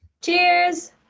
Cheers